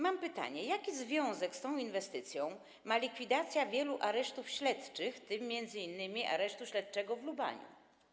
Mam pytanie: Jaki związek z tą inwestycja ma likwidacja wielu aresztów śledczych, w tym m.in. Aresztu Śledczego w Lubaniu?